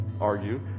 argue